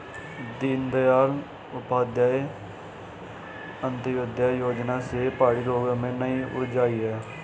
दीनदयाल उपाध्याय अंत्योदय योजना से पहाड़ी लोगों में नई ऊर्जा आई है